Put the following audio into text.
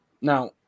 Now